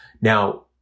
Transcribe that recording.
Now